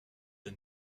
the